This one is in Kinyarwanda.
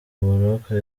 uburoko